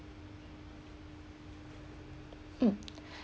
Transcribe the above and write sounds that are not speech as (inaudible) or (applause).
mm (breath)